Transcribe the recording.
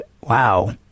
wow